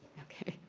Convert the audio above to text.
okay.